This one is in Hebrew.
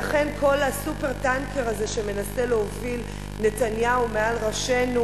לכן כל ה"סופר-טנקר" הזה שמנסה להוביל נתניהו מעל ראשנו,